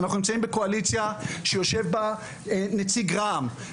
אנחנו נמצאים בקואליציה שיושב בה נציג רע"מ.